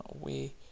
away